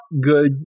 good